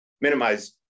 minimize